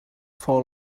for